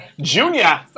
Junior